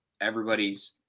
everybody's